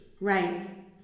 Right